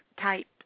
type